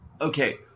Okay